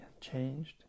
changed